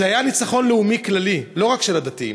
זה היה ניצחון לאומי כללי, לא רק של הדתיים.